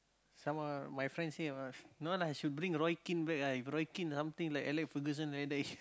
some of my friends said uh no lah should bring Roy-Keane back ah if Roy-Keane like Alex-Ferguson like that